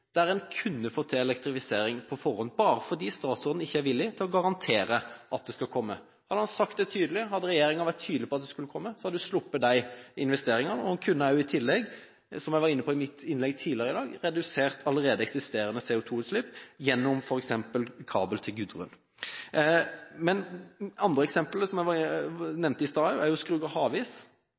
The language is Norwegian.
der en kunne få til elektrifisering på forhånd – bare fordi statsråden ikke er villig til å garantere at det skal komme. Han har sagt det tydelig. Hadde regjeringen vært tydelig på at det skulle komme, hadde vi sluppet de investeringene, I tillegg kunne en, som jeg var inne på i mitt innlegg tidligere i dag, redusert allerede eksisterende CO2-utslipp gjennom f.eks. kabel til Gudrun. Når det gjelder det andre eksemplet som jeg nevnte i stad, Skrugard/Havis, er